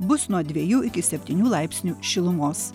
bus nuo dviejų iki septynių laipsnių šilumos